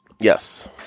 Yes